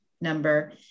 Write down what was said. number